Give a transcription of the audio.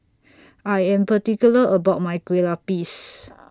I Am particular about My Kueh Lapis